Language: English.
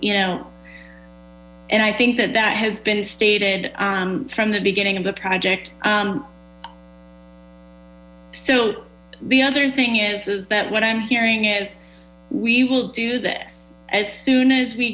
you know and i think that that has been stated from the beginning of the project so the other thing is that what i'm hearing is we will do this as soon as we